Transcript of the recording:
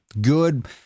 good